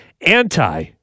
anti